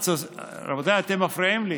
רבותיי, אתם מפריעים לי.